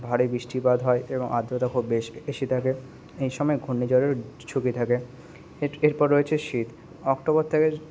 ভারী বৃষ্টিপাত হয় এবং আর্দ্রতা খুব বেশ বেশি থাকে এই সমায় ঘূর্ণিঝড়ের ঝুঁকি থাকে এট এর পর রয়েছে শীত অক্টোবর থেকে